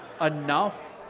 enough